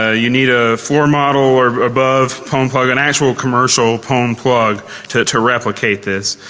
ah you need a floor model or above pwn um plug, and actual commercial pwn um plug to to replicate this